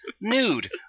nude